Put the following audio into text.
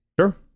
Sure